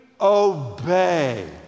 obey